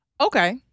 Okay